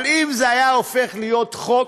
אבל אם זה היה הופך להיות חוק,